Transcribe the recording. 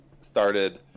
started